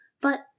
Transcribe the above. But-